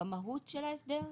במהות של ההסדר?